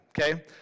Okay